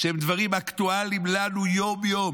הם דברים אקטואליים לנו יום-יום.